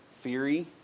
theory